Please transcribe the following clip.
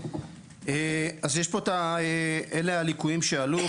אז יש פה את הליקויים שעלו.